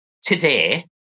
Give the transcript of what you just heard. today